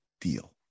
deal